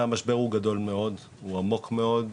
המשבר הוא גדול מאוד, הוא עמוק מאוד.